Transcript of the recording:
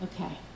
Okay